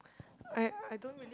I I don't really